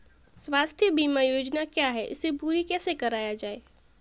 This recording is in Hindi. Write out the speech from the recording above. स्वास्थ्य बीमा योजना क्या है इसे पूरी कैसे कराया जाए?